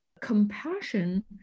compassion